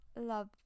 love